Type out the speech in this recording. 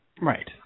Right